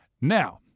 Now